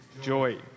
joy